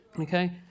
Okay